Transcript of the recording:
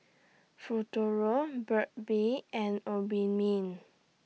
Futuro Burt's Bee and Obimin